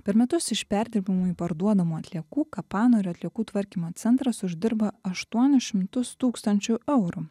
per metus iš perdirbimui parduodamų atliekų kapanorio atliekų tvarkymo centras uždirba aštuonis šimtus tūkstančių eurų